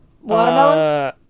Watermelon